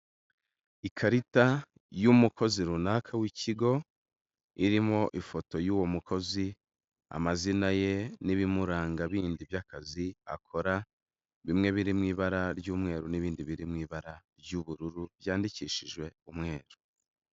Ikarita y'umukozi runaka w'ikigo, irimo ifoto y'uwo mukozi, amazina ye n'ibimuranga bindi by'akazi akora, bimwe biri mu ibara ry'umweru n'ibindi biri mu ibara ry'ubururu, byandikishijwe umweru.